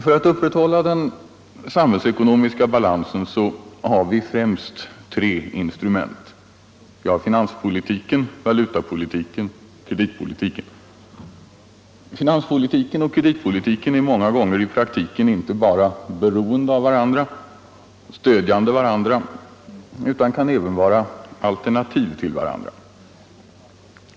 För att upprätthålla den samhällsekonomiska balansen har vi främst tre instrument. Vi har finanspolitiken, valutapolitiken och kreditpolitiken. Finanspolitiken och kreditpolitiken är många gånger i praktiken inte bara beroende av varandra, stödjande varandra, utan kan även vara alternativ till varandra.